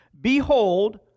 Behold